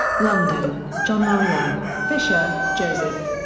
london john murray. ah fisher, joseph.